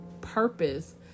purpose